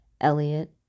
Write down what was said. Elliot